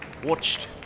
Watched